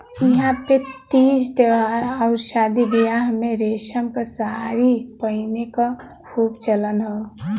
इहां पे तीज त्यौहार आउर शादी बियाह में रेशम क सारी पहिने क खूब चलन हौ